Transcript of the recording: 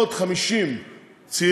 עוד 50 צעירים,